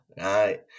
right